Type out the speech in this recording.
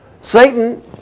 Satan